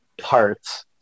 parts